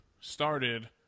started